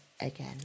Again